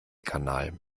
kanal